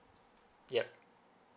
yup